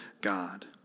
God